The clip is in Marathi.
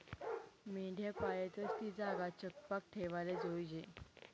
मेंढ्या पायतस ती जागा चकपाक ठेवाले जोयजे